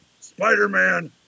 Spider-Man